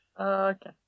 Okay